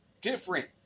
different